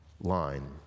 line